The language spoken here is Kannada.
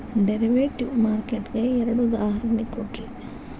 ಡೆರಿವೆಟಿವ್ ಮಾರ್ಕೆಟ್ ಗೆ ಎರಡ್ ಉದಾಹರ್ಣಿ ಕೊಡ್ರಿ